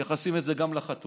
מייחסים את זה גם לחתונות,